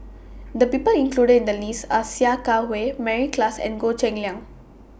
The People included in The list Are Sia Kah Hui Mary Klass and Goh Cheng Liang